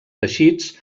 teixits